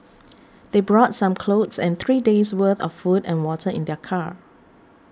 they brought some clothes and three days' worth of food and water in their car